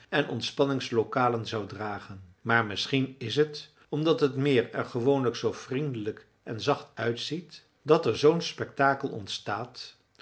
en ontspanningslokalen zou dragen maar misschien is het omdat het meer er gewoonlijk zoo vriendelijk en zacht uitziet dat er zoo'n spektakel ontstaat